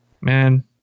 man